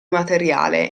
materiale